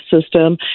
system